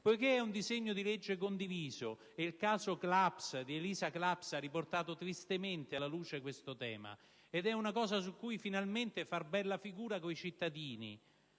Poiché è un disegno di legge condiviso, poiché il caso di Elisa Claps ha riportato tristemente alla luce questo tema, poiché è un tema su cui finalmente far bella figura con i cittadini